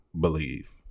believe